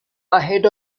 ahead